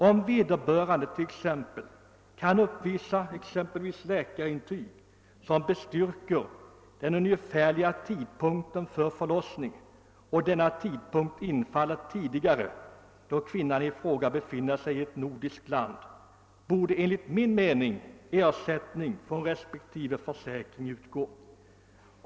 Om vederbörande t.ex. kan uppvisa läkarintyg som bestyrker den ungefärliga tidpunkten för förlossning och denna tidpunkt infaller tidigare, då kvinnan i fråga befinner sig i ett annat nordiskt land, bör enligt min mening ersättning från respektive försäkring utgå.